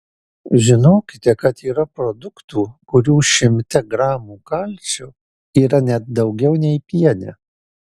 žinokite kad yra produktų kurių šimte gramų kalcio yra net daugiau nei piene